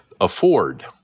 afford